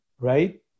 right